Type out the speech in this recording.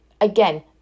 again